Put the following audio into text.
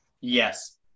Yes